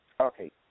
Okay